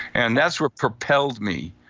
and that's what propelled me.